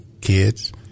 kids